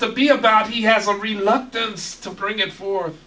to be about he has a reluctance to bring it for